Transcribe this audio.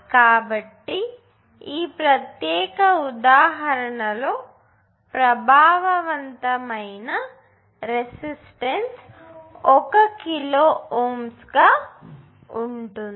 కాబట్టి ఈ ప్రత్యేక ఉదాహరణలో ప్రభావవంతమైన రెసిస్టెన్స్ 1 కిలో Ω గా ఉంటుంది